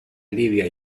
libia